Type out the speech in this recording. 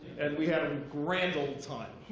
and we had a grand old time.